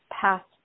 passed